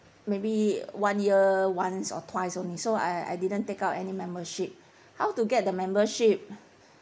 maybe one year once or twice only so I I didn't take out any membership how to get the membership